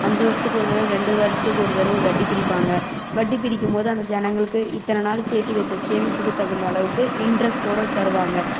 அஞ்சு வருடத்துக்கு ஒரு தடவை ரெண்டு வருடத்துக்கு ஒரு தடவை வட்டி பிரிப்பாங்க வட்டி பிரிக்கும் போது அந்த ஜனங்களுக்கு இத்தனை நாள் சேர்த்தி வச்ச சேமிப்புக்கு தகுந்த அளவுக்கு இன்டெர்ஸ்ட்டோடு தருவாங்க